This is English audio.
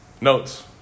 notes